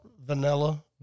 vanilla